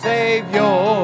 Savior